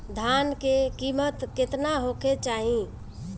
धान के किमत केतना होखे चाही?